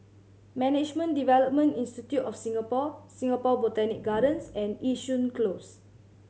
Management Development Institute of Singapore Singapore Botanic Gardens and Yishun Close